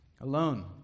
alone